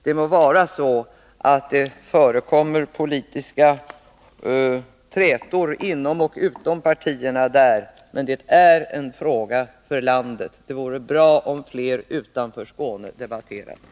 Det må vara så att det förekommer politiska trätor inom och utom partierna där, men detta är en fråga för landet. Det vore bra om flera utanför Skåne debatterade.